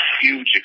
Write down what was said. huge